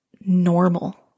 normal